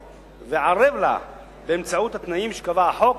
וערב לה באמצעות התנאים שקבע החוק.